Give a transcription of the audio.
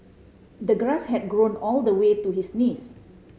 the grass had grown all the way to his knees